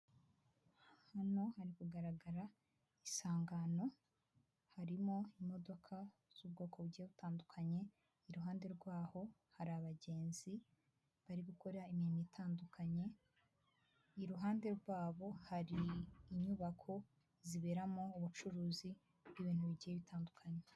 Hano hari kugaragara isangano harimo imodoka z'ubwoko bugiye butandukanye ,iruhande rwaho hari abagenzi bari gukora imirimo itandukanye ,iruhande rwabo hari inyubako ziberamo ubucuruzi bw'ibintu bigiye bitandukanye.